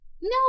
no